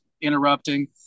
interrupting